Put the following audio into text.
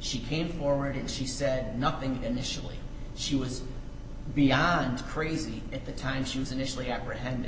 she came forward and she said nothing and initially she was beyond crazy at the time she was initially apprehended